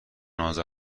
اذر